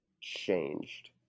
changed